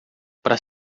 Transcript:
para